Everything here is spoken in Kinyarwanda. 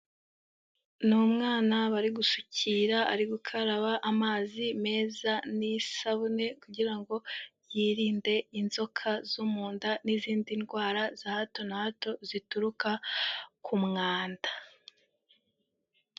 Ni umwana bari gusukira ari gukaraba amazi meza n'isabune, kugira ngo yirinde inzoka zo mu nda n'izindi ndwara za hato na hato zituruka ku mwanda.